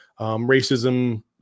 racism